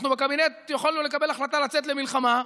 אנחנו בקבינט יכולנו לקבל החלטה לצאת למלחמה,